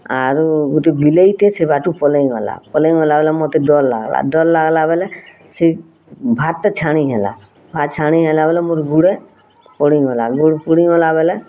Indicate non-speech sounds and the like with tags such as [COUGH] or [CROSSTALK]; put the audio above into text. ଆରୁ ଗୋଟେ ବିଲେଇ ଟେ ସେ ବାଟୁ ପଳେଇ ଗଲା ପଳେଇ ଗଲା [UNINTELLIGIBLE] ମୋତେ ଡର୍ ଲାଗଲା ଡର୍ ଲାଗିଲା ବେଲେ ସେ ଭାତ ଟା ଛାଣି ହେଲା ଭାତ ଛାଣି ହେଲା ବୋଲେ ମୋର୍ ଗୁଡ଼େ ପଡ଼ିଗଲା ଯୋଉ ପୋଡ଼ିଗଲା ବୋଲେ